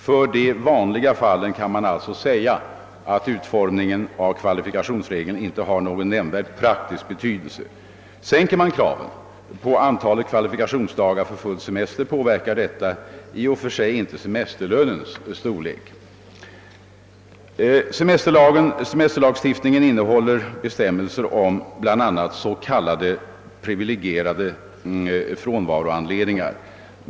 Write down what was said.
För de vanliga fallen kan man alltså säga att utformningen av kvalifikationsregeln inte har någon nämnvärd praktisk betydelse. Sänker man kravet på antalet kvalifikationsdagar för full semester, påverkar detta i och för sig inte semesterlönens storlek. Semesterlagstiftningen innehåller även bestämmelser om s.k. privilegierade frånvaroanledningar.